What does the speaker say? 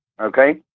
okay